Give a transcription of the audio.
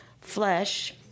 flesh